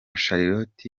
charlotte